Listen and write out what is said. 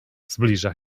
zbliża